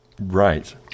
Right